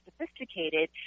sophisticated